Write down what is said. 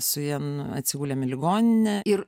su ja atsigulėm į ligoninę ir